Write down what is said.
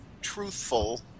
truthful